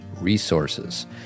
resources